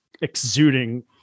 exuding